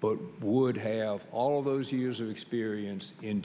but would have all those years of experience in